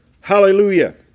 Hallelujah